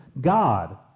God